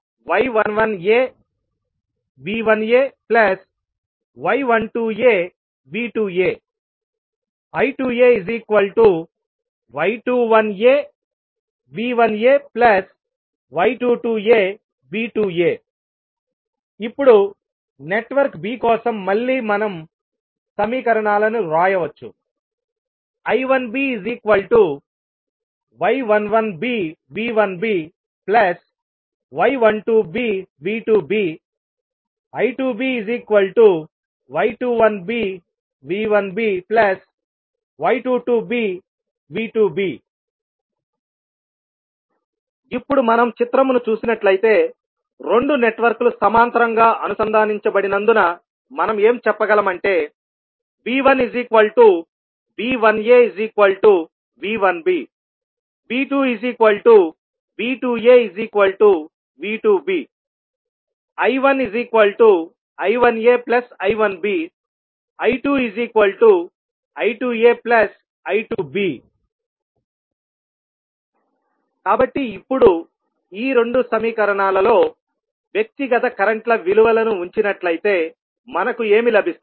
I1ay11aV1ay12aV2a I2ay21aV1ay22aV2a ఇప్పుడు network b కోసం మనం మళ్ళీ సమీకరణాలను వ్రాయవచ్చు I1by11bV1by12bV2b I2by21bV1by22bV2b ఇప్పుడు మనం చిత్రమును చూసినట్లయితే రెండు నెట్వర్క్లు సమాంతరంగా అనుసంధానించబడినందున మనం ఏం చెప్పగలం అంటే V1V1aV1bV2V2aV2b I1I1aI1bI2I2aI2b కాబట్టి ఇప్పుడు ఈ 2 సమీకరణాలలో వ్యక్తిగత కరెంట్ ల విలువలను ఉంచినట్లయితే మనకు ఏమి లభిస్తుంది